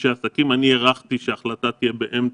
ובקצב הזה בעוד שמונה חודשים נהיה באותו מקום.